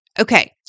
Okay